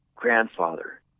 Grandfather